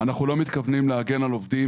אנחנו לא מתכוונים להגן על עובדים